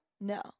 No